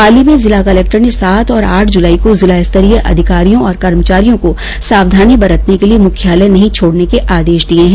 पाली में जिला कलेक्टर ने सात और आठ जुलाई को जिला स्तरीय अधिकारियों और कर्मचारियों को सावधानी बरतने के लिये मुख्यालय नहीं छोडने के आदेश दिये है